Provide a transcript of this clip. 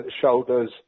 shoulders